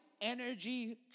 energy